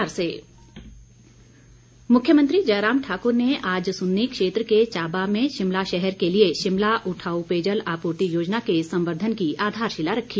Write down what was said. मुख्यमंत्री मुख्यमंत्री जयराम ठाकुर ने आज सुन्नी क्षेत्र के चाबा में शिमला शहर के लिए शिमला उठाउ पेयजल आपूर्ति योजना के संवर्धन की आधारशिला रखी